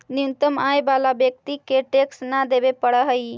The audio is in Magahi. न्यूनतम आय वाला व्यक्ति के टैक्स न देवे पड़ऽ हई